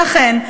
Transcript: לכן,